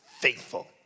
faithful